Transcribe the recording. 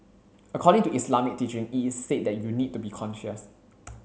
according to Islamic teaching it is said that you need to be conscious